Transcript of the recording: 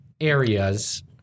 areas